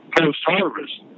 post-harvest